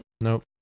Nope